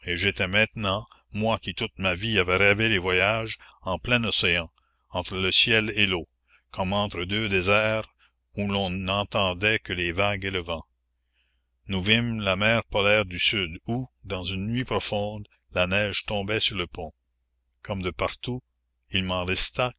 j'étais maintenant moi qui toute ma vie avais rêvé les la commune voyages en plein océan entre le ciel et l'eau comme entre deux déserts où l'on n'entendait que les vagues et le vent nous vîmes la mer polaire du sud où dans une nuit profonde la neige tombait sur le pont comme de partout il m'en resta